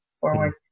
forward